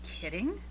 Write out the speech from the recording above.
kidding